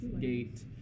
gate